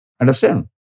Understand